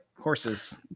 Horses